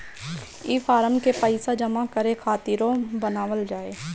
ई फारम के पइसा जमा करे खातिरो बनावल जाए